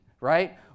right